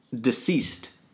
deceased